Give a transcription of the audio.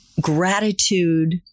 Gratitude